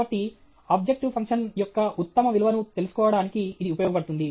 కాబట్టి objective function యొక్క ఉత్తమ విలువను తెలుసుకోవడానికి ఇది ఉపయోగపడుతుంది